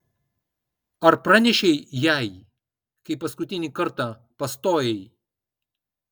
ar pranešei jai kai paskutinį kartą pastojai